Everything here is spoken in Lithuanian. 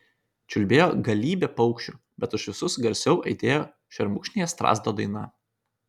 čiulbėjo galybė paukščių bet už visus garsiau aidėjo šermukšnyje strazdo daina